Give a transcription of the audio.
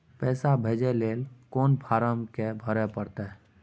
पैसा भेजय लेल कोन फारम के भरय परतै?